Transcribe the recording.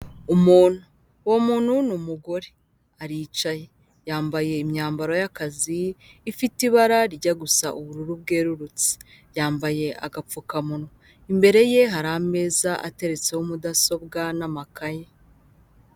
Umuntu, uwo muntu ni umugore, aricaye yambaye imyambaro y'akazi, ifite ibara rijya gusa ubururu bwerurutse, yambaye agapfukamunwa, imbere ye hari ameza ateretseho mudasobwa n'amakaye.